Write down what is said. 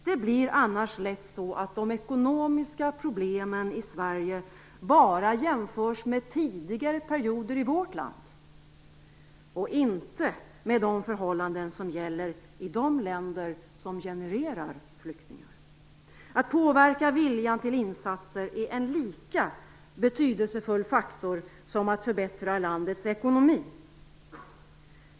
Det blir annars lätt så att de ekonomiska problemen i Sverige bara jämförs med tidigare perioder i vårt land och inte med de förhållanden som gäller i de länder som genererar flyktingar. Att påverka viljan till insatser är en lika betydelsefull faktor som att förbättra landets ekonomi.